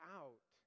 out